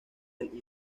del